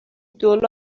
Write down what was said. دلار